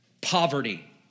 poverty